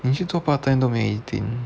你去做 part time 都没有 eighteen